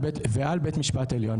ועל בית משפט עליון,